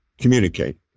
communicate